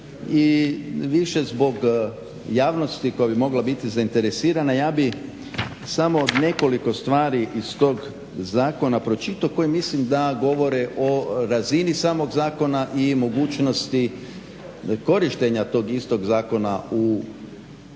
i više zbog javnosti koja bi mogla biti zainteresirana. Ja bi samo nekoliko stvari iz tog zakona pročitao koji mislim da govore o razini samog zakona i mogućnosti korištenja tog istog zakona svakog